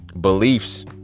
beliefs